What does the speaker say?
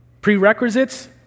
prerequisites